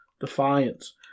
Defiance